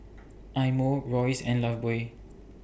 Eye Mo Royce and Lifebuoy